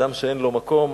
אדם שאין לו מקום,